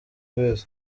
rev